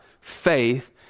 faith